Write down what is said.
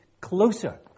closer